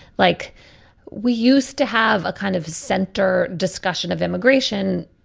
like we used to have a kind of center discussion of immigration.